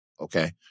Okay